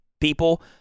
people